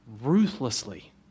ruthlessly